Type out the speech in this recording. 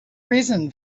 reason